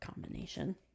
combination